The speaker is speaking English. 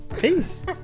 Peace